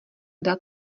dát